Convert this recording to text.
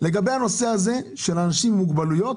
לגבי הנושא הזה של אנשים עם מוגבלויות